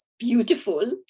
Beautiful